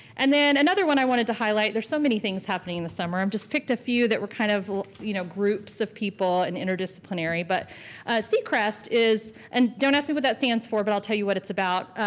and then another one i wanted to highlight, there's so many things happening in the summer, i've just picked a few that were kind of you know groups of people and interdisciplinary. but seacrest is and don't ask me what that stands for but i'll tell you what it's about.